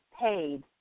paid